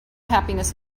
happiness